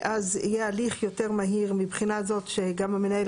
אז יהיה הליך יותר מהיר מהבחינה הזאת שגם המנהל